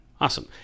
Awesome